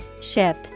Ship